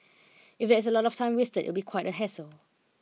if there is a lot of time wasted it would be quite a hassle